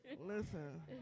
Listen